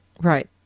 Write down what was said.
Right